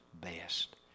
best